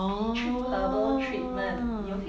oh